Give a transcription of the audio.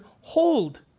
hold